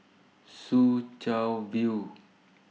Soo Chow View